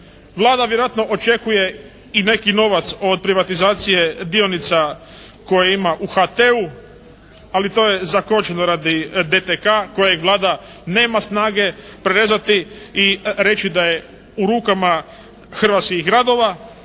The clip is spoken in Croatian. Vlada vjerojatno očekuje i neki novac od privatizacije dionica koje ima u HT-u, ali to je zakočeno radi DTK kojeg Vlada nema snage prerezati i reći da je u rukama hrvatskih gradova.